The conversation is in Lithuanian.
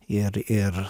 ir ir